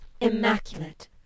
immaculate